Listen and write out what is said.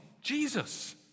Jesus